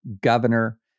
governor